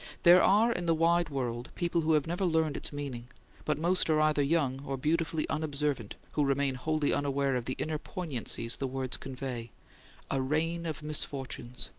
there are in the wide world people who have never learned its meaning but most are either young or beautifully unobservant who remain wholly unaware of the inner poignancies the words convey a rain of misfortunes.